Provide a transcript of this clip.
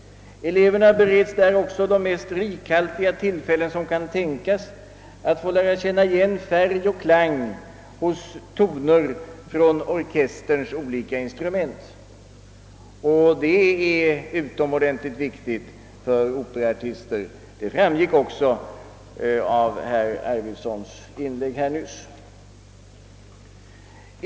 Eleverna bereds där också de mest rikhaltiga tillfällen som kan tänkas att få lära sig känna igen färg och klang hos toner från orkesterns olika instrument, vilket är utomordentligt viktigt för operaartister — det framgick också av herr Arvidsons inlägg här nyss.